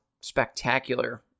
spectacular